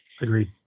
Agreed